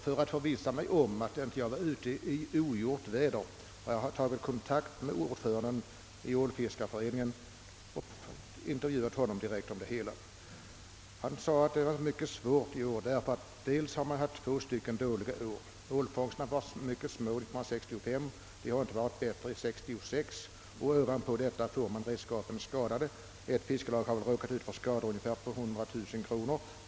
För att förvissa mig om att jag inte var ute i ogjort väder kontaktade jag ordföranden i ålfiskareföreningen där nere och intervjuade honom. Han sade att förhållandena vore mycket svåra. Man hade haft två dåliga år på varandra. Ålfångsterna hade varit mycket små 1965 och inte mycket bättre i år. Och ovanpå detta hade man sedan fått sina red skap skadade. Ett fiskelag hade fått vidkännas skador för ungefär 100 000 kronor.